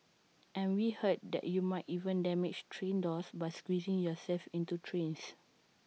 and we heard that you might even damage train doors by squeezing yourself into trains